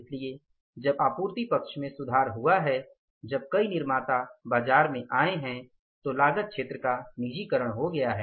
इसलिए जब आपूर्ति पक्ष में सुधार हुआ है जब कई निर्माता बाजार में आए हैं तो लागत क्षेत्र का निजीकरण हो गया है